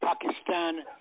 Pakistan